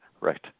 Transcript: right